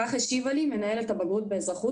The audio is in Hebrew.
כך השיבה לי מנהלת הבגרות באזרחות